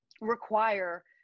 require